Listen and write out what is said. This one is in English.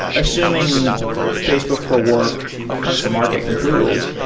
assuming facebook for work comes to market completely,